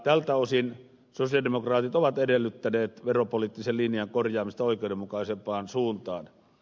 tältä osin sosialidemokraatit ovat edellyttäneet veropoliittisen linjan korjaamista oikeudenmukaisempaan suuntaan